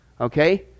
okay